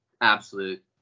absolute